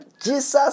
Jesus